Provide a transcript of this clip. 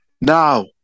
Now